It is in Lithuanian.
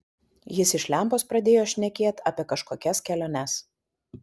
jis iš lempos pradėjo šnekėt apie kažkokias keliones